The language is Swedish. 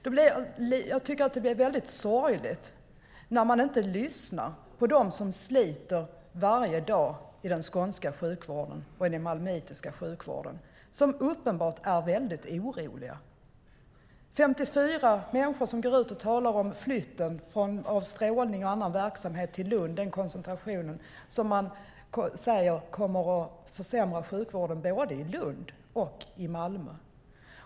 Det är väldigt sorgligt när man inte lyssnar på dem som sliter varje dag i den skånska och malmöitiska sjukvården och som uppenbarligen är mycket oroliga. Det är 54 människor som går ut och talar om flytten av strålningsverksamhet och annan verksamhet till Lund, så att det blir en koncentration, och säger att den kommer att försämra sjukvården i både Lund och Malmö.